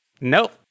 nope